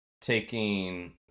taking